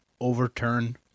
overturn